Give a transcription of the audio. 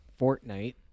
Fortnite